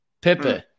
Pepe